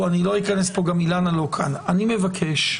אני מבקש,